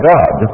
God